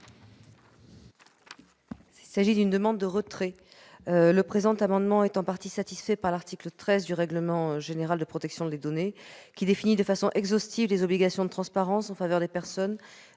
retrait de cet amendement, parce qu'il est en partie satisfait par l'article 13 du règlement général sur la protection des données, qui définit de façon exhaustive les obligations de transparence en faveur des personnes